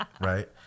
right